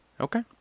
Okay